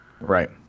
right